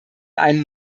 einen